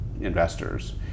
investors